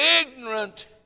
ignorant